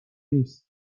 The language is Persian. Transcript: نیست